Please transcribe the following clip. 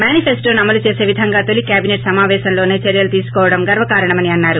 మేనిఫెస్లోను అమలు చేసే విధంగా తొలి క్వాబినెట్ సమాపేశంలోనే చర్చలు తీసుకోవడం గర్వకారణని అన్నారు